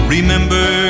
Remember